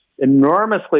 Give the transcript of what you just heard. enormously